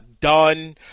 done